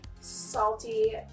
salty